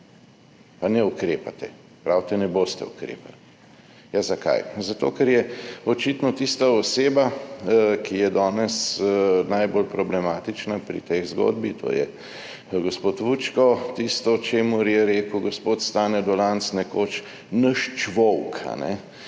pa ne ukrepate, pravite, ne boste ukrepali. Ja, zakaj? Zato, ker je očitno tista oseba, ki je danes najbolj problematična pri tej zgodbi, to je gospod Vučko, tisto, čemur je rekel gospod Stane Dolanc nekoč »naš čvovk« in